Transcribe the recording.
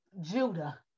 Judah